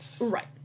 Right